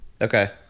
Okay